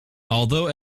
although